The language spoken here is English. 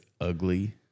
ugly